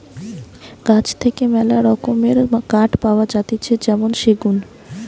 গাছ থেকে মেলা রকমের কাঠ পাওয়া যাতিছে যেমন সেগুন